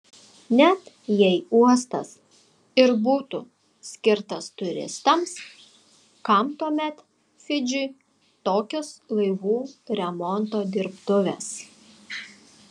net jei uostas ir būtų skirtas turistams kam tuomet fidžiui tokios laivų remonto dirbtuvės